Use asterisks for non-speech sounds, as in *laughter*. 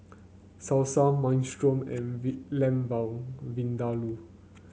Salsa Minestrone and Vin Lamb *unintelligible* Vindaloo